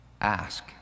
Ask